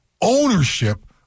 ownership